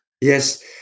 Yes